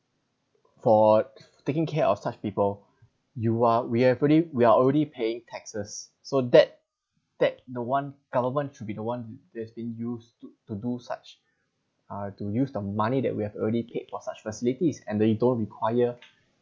for taking care of such people you are we have already we've already paid taxes so that that the one government should be the one that's been used to to do such uh to use the money that we have already paid for such facilities and then you don't require